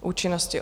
Účinnosti.